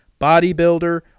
bodybuilder